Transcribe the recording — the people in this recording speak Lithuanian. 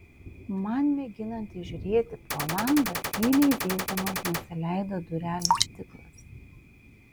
man mėginant įžiūrėti pro langą tyliai zyzdamas nusileido durelių stiklas